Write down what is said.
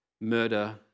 murder